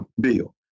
Bill